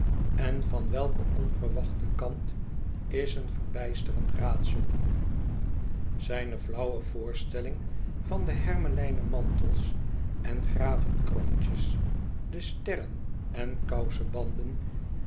en van welken onverwachten kant is een verbijsterend raadsel zijne flauwe voorstelling van de hermelijnen mantels en gravenkroontjes de sterren en kousebanden